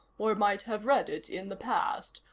or might have read it in the past.